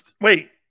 wait